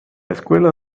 escuela